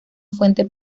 fuente